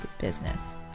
business